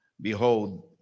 behold